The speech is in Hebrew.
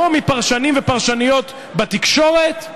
או מפרשנים ומפרשניות בתקשורת,